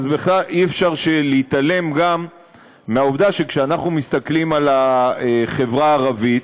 אז בכלל אי-אפשר להתעלם מהעובדה שכשאנחנו מסתכלים על החברה הערבית,